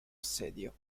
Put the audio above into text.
assedio